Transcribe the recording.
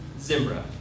Zimbra